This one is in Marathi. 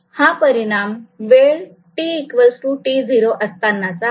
हा परिणाम वेळ t t0 असतानाचा आहे